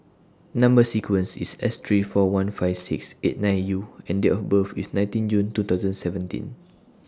Number sequence IS S three four one five six eight nine U and Date of birth IS nineteen June two thousand and seventeen